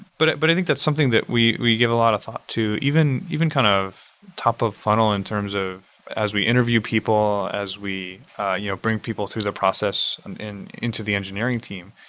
but but i think that's something that we we give a lot of thought to, even even kind of top of funnel in terms of as we interview people, as we ah you know bring people to the process and into the engineering team.